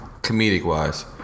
comedic-wise